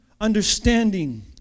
understanding